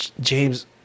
James